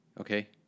Okay